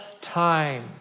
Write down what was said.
time